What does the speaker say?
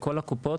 לכל הקופות,